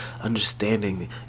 understanding